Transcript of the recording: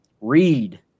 read